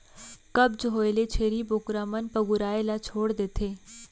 कब्ज होए ले छेरी बोकरा मन पगुराए ल छोड़ देथे